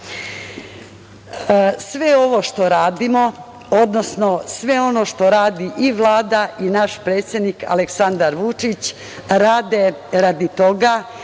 ovo što radimo, odnosno sve ono što radi i Vlada i naš predsednik Aleksandar Vučić, rade radi toga